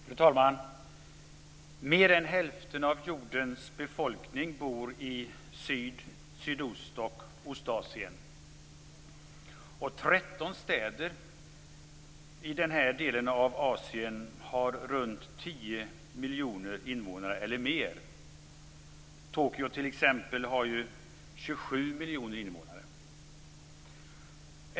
Fru talman! Mer än hälften av jordens befolkning bor i Syd-, Sydost och Ostasien, och 13 städer i denna del av Asien har runt 10 miljoner invånare eller mer. Tokyo t.ex. har 27 miljoner invånare.